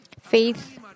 faith